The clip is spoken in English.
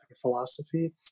philosophy